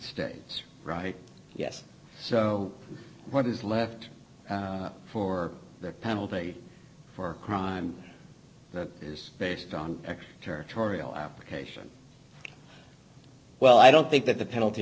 states right yes so what is left for the penalty for a crime that is based on a territorial application well i don't think that the penalty